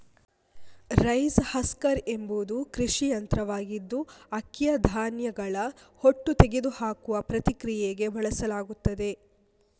rice husker ಎಂಬುದು ಕೃಷಿ ಯಂತ್ರವಾಗಿದ್ದು ಅಕ್ಕಿಯ ಧಾನ್ಯಗಳ ಹೊಟ್ಟು ತೆಗೆದುಹಾಕುವ ಪ್ರಕ್ರಿಯೆಗೆ ಬಳಸಲಾಗುತ್ತದೆ